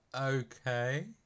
okay